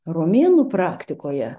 romėnų praktikoje